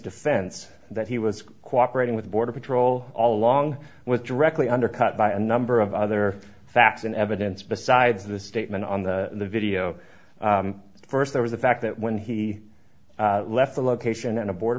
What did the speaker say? defense that he was cooperated with border patrol all along was directly undercut by a number of other facts in evidence besides the statement on the video first there was the fact that when he left the location then a border